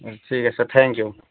ঠিক আছে thank U